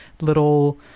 little